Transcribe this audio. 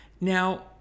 Now